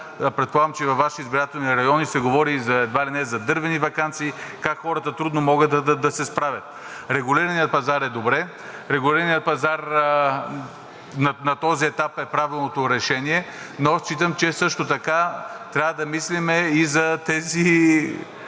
предполагам, че и във Вашите избирателни райони се говори едва ли не за „дървени ваканции“, как хората трудно могат да се справят. Регулираният пазар е добре. Регулираният пазар на този етап е правилното решение, но считам, че също така трябва да мислим и за тези